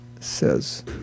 says